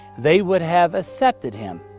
they would have accepted him.